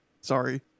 sorry